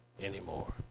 anymore